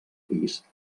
pis